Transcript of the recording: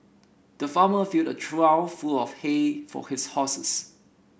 the farmer filled a trough full of hay for his horses